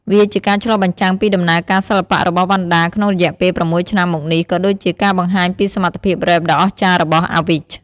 វាជាការឆ្លុះបញ្ចាំងពីដំណើរការសិល្បៈរបស់វណ្ណដាក្នុងរយៈពេល ៦ឆ្នាំមកនេះ ក៏ដូចជាការបង្ហាញពីសមត្ថភាពរ៉េបដ៏អស្ចារ្យរបស់ Awich។